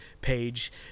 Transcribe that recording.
page